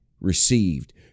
received